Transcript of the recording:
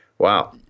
Wow